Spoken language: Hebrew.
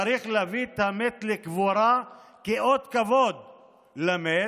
צריך להביא את המת לקבורה כאות כבוד למת.